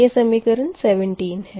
यह समीकरण 17 है